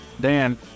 Dan